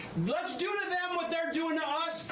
let's do to them what they're doing to us,